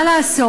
מה לעשות,